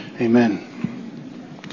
Amen